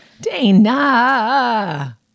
Dana